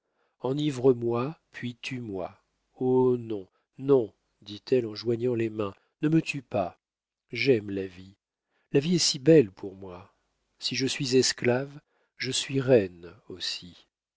sépare enivre moi puis tue-moi oh non non dit-elle en joignant les mains ne me tue pas j'aime la vie la vie est si belle pour moi si je suis esclave je suis reine aussi